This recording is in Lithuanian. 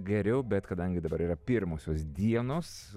geriau bet kadangi dabar yra pirmosios dienos